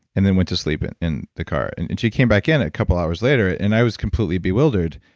and then went to sleep and in the car. and and she came back in a couple hours later, and i was completely bewildered.